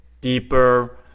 deeper